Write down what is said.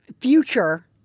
future